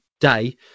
day